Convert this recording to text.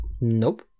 Nope